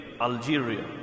Algeria